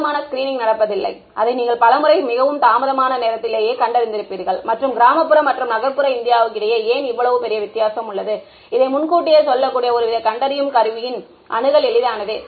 போதுமான ஸ்கிரீனிங் நடப்பதில்லை அதை நீங்கள் பல முறை மிகவும் தாமதமான நேரத்திலேயே கண்டறிந்திருப்பீர்கள் மற்றும் கிராமப்புற மற்றும் நகர்ப்புற இந்தியாவுக்கு இடையே ஏன் இவ்வளவு பெரிய வித்தியாசம் உள்ளது இதை முன்கூட்டியே சொல்லக்கூடிய ஒருவித கண்டறியும் கருவியின் அணுகல் எளிதானதே